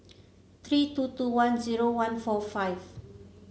three two two one zero one four five